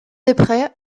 desprez